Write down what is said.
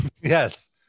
Yes